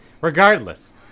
regardless